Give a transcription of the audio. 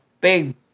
big